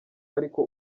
ariko